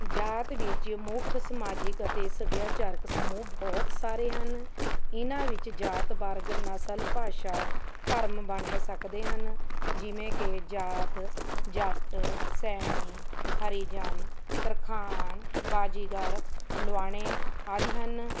ਜਾਤ ਵਿੱਚ ਮੁੱਖ ਸਮਾਜਿਕ ਅਤੇ ਸੱਭਿਆਚਾਰਕ ਸਮੂਹ ਬਹੁਤ ਸਾਰੇ ਹਨ ਇਨ੍ਹਾਂ ਵਿੱਚ ਜਾਤ ਵਰਗ ਨਸਲ ਭਾਸ਼ਾ ਧਰਮ ਵੰਡ ਸਕਦੇ ਹਨ ਜਿਵੇਂ ਕਿ ਜਾਤ ਜੱਟ ਸੈਣੀ ਹਰੀਜਨ ਤਰਖਾਣ ਬਾਜ਼ੀਗਰ ਲਵਾਣੇ ਆਦਿ ਹਨ